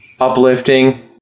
uplifting